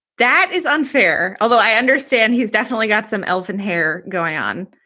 that is unfair, although i understand he's definitely got some elfin hair going on.